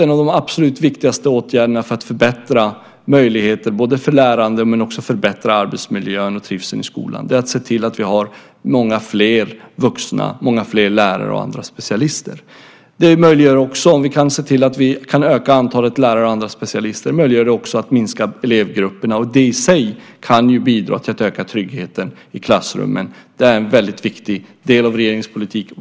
En av de absolut viktigaste åtgärderna för att förbättra möjligheter för lärande och för att förbättra arbetsmiljön och trivseln i skolan är att se till att vi har många fler vuxna - lärare och andra specialister. Om vi kan se till att öka antalet lärare och andra specialister blir det också möjligt att minska elevgrupperna. Det kan i sig bidra till att öka tryggheten i klassrummen. Det är en väldigt viktig del av regeringens politik.